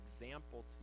example